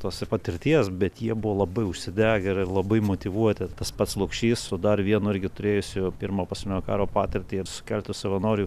tos ir patirties bet jie buvo labai užsidegę ir labai motyvuoti tas pats lukšys su dar vienu irgi turėjusiu pirmo pasaulinio karo patirtį ir su keletu savanorių